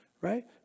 right